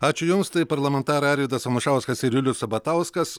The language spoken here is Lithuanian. ačiū jums tai parlamentarai arvydas anušauskas ir julius sabatauskas